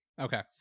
Okay